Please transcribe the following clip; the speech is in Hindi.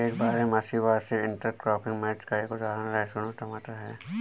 एक बारहमासी वार्षिक इंटरक्रॉपिंग मैच का एक उदाहरण लहसुन और टमाटर है